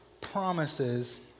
promises